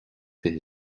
fiche